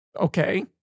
Okay